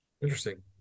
Interesting